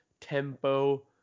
tempo